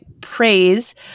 praise